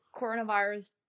coronavirus